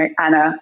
Anna